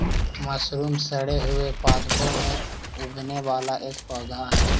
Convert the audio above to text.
mushroom सड़े हुए पादपों में उगने वाला एक पौधा हई